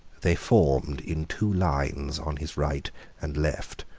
they formed in two lines on his right and left,